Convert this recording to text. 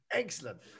Excellent